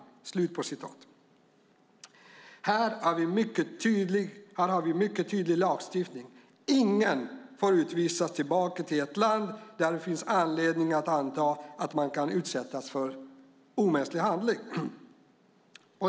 Här har vi en mycket tydlig lagstiftning. Ingen får utvisas tillbaka till ett land där det finns anledning att anta att man kan utsättas för omänsklig behandling.